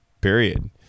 period